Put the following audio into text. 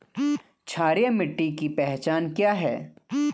क्षारीय मिट्टी की पहचान क्या है?